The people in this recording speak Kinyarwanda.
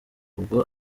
ubwe